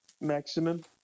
maximum